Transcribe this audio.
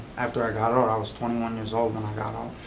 after i got out, i was twenty one years old when i got um